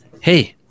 Hey